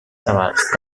cabals